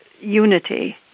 unity